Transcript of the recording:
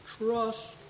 Trust